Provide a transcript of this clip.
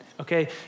okay